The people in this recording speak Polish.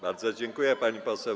Bardzo dziękuję, pani poseł.